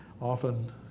Often